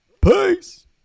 Peace